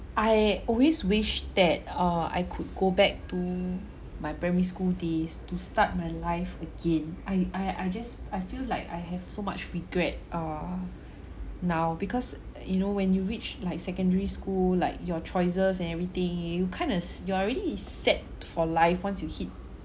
I always wish that uh I could go back to my primary school days to start my life again I I I just I feel like I have so much regret err now because you know when you reach like secondary school like your choices and everything you kind of you're already set for life once you hit